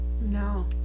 No